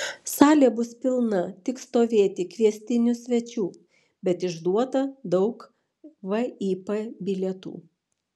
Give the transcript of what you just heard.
salė bus pilna tik stovėti kviestinių svečių bet išduota daug vip bilietų